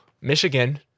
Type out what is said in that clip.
Michigan